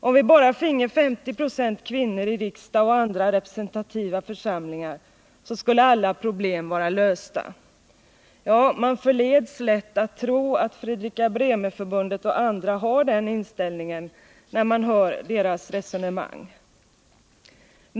”Om vi bara finge 50 70 kvinnor i riksdag och andra representativa församlingar, så skulle alla problem vara lösta.” Ja, man förleds lätt att tro att Fredrika Bremer-förbundet och andra har den inställningen när man hör deras resonemang.